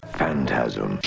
phantasm